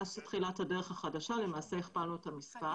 מאז תחילת 'הדרך החדשה' למעשה הכפלנו את המספר.